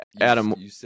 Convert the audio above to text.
Adam